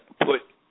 put